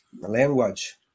language